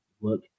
look